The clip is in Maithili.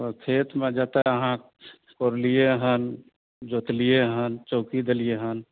खेतमे जतऽ अहाँ कोरलियै हन जोतलियै हन चौकी देलियै हन